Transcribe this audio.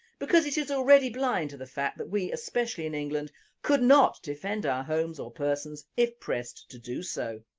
because it is already blind to the fact that we especially in england could not defend our homes or persons if pressed to do so.